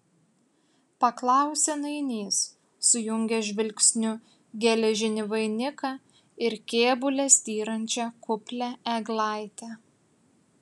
paklausė nainys sujungęs žvilgsniu geležinį vainiką ir kėbule styrančią kuplią eglaitę